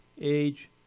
age